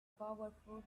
powerful